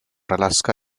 alaska